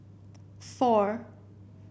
four